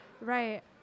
Right